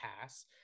pass